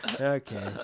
Okay